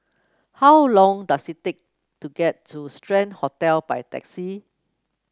how long does it take to get to Strand Hotel by taxi